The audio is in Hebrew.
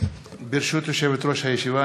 ברשות יושבת-ראש הישיבה,